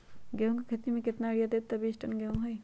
गेंहू क खेती म केतना यूरिया देब त बिस टन गेहूं होई?